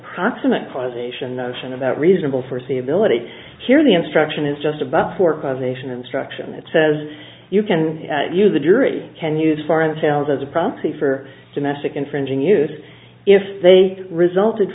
proximate cause ation notion of that reasonable foreseeability here the instruction is just about four causation instruction that says you can use a jury can use foreign sales as a proxy for domestic infringing use if they resulted